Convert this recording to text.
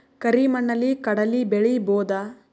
ಕರಿ ಮಣ್ಣಲಿ ಕಡಲಿ ಬೆಳಿ ಬೋದ?